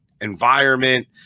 environment